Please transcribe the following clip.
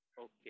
Okay